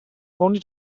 only